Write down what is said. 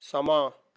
ਸਮਾਂ